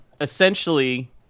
Essentially